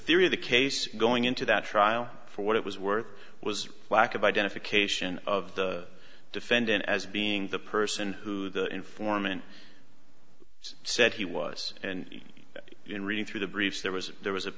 theory of the case going into that trial for what it was worth was lack of identification of the defendant as being the person who the informant said he was and in reading through the briefs there was there was a